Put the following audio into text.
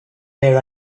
here